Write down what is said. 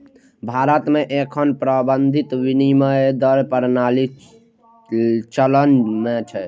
भारत मे एखन प्रबंधित विनिमय दर प्रणाली चलन मे छै